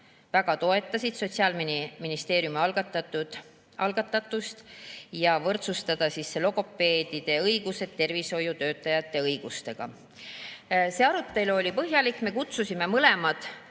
väga toetasid Sotsiaalministeeriumi algatust võrdsustada logopeedide õigused tervishoiutöötajate õigustega. See arutelu oli põhjalik. Me kutsusime mõlemad